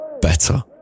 better